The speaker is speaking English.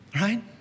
Right